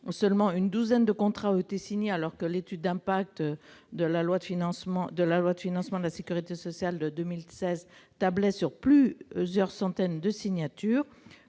seulement de contrats ont été signés, alors que l'étude d'impact de la loi de financement de la sécurité sociale pour 2016 tablait sur plusieurs centaines. Par ailleurs,